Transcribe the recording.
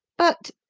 but,